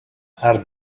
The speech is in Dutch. haar